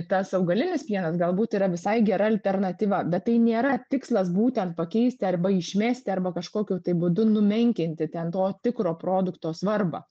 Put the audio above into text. tas augalinis pienas galbūt yra visai gera alternatyva bet tai nėra tikslas būtent pakeisti arba išmesti arba kažkokiu tai būdu numenkinti ten to tikro produkto svarbą